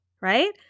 right